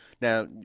Now